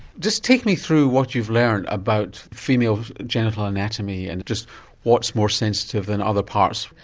just take me through what you've learned about female genital anatomy and just what's more sensitive than other parts.